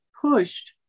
pushed